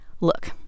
look